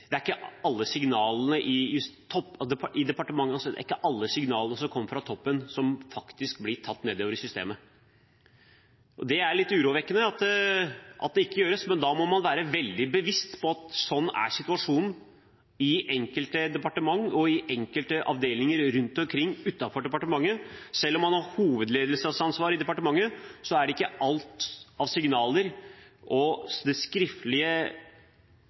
aktører som ikke snakker «on the record», men som snakker litt «i gangene» om at det ikke er alle signalene som kommer fra toppen, som faktisk blir tatt nedover i systemet. Det er litt urovekkende at det ikke gjøres, men da må man være veldig bevisst på at slik er situasjonen i enkelte departementer og i enkelte avdelinger rundt omkring utenfor departementet. Selv om man har hovedledelsesansvar i departementet, er det ikke gitt at alt av signaler og de skriftlige